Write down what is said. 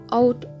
out